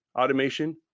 automation